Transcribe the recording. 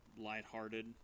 light-hearted